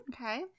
Okay